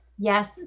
yes